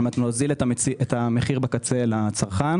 על מנת להוזיל את המחיר בקצה לצרכן.